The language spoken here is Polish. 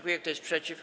Kto jest przeciw?